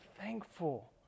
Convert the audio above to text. thankful